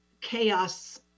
chaos